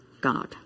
God